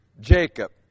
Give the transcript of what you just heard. Jacob